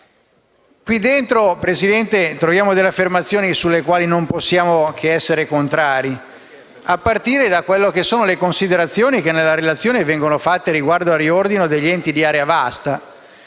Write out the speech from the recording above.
Nella relazione troviamo delle affermazioni rispetto alle quali non possiamo che essere contrari, a partire dalle considerazioni che nella relazione vengono fatte riguardo al riordino degli enti di area vasta,